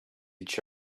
each